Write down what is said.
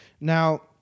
Now